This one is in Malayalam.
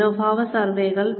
മനോഭാവ സർവേകൾ